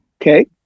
Okay